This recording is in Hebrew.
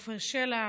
עפר שלח,